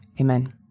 Amen